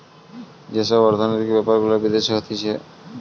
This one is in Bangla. যেই সব অর্থনৈতিক বেপার গুলা বিদেশে হতিছে